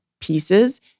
pieces